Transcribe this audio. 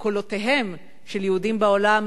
לקולותיהם של יהודים בעולם,